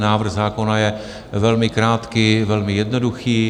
Návrh zákona je velmi krátký, velmi jednoduchý.